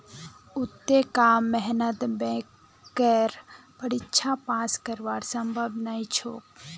अत्ते कम मेहनतत बैंकेर परीक्षा पास करना संभव नई छोक